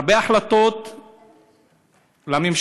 הרבה החלטות של הממשלה,